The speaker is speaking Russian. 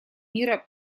мира